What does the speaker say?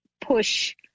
push